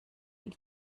viel